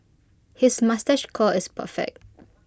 his moustache curl is perfect